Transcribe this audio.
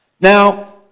Now